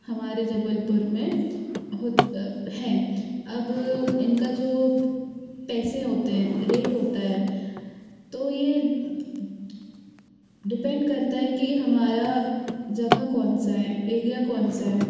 हमारे जबलपुर में है अब इनका जो पैसे होते हैं रेट होता है तो ये डिपेंड करता है कि हमारा जगह कौन सा है एरिया कौन सा है